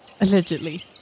Allegedly